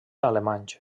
alemanys